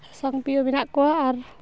ᱥᱟᱥᱟᱝ ᱯᱤᱭᱳ ᱢᱮᱱᱟᱜ ᱠᱚᱣᱟ ᱟᱨ